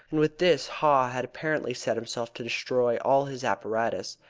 and with this haw had apparently set himself to destroy all his apparatus,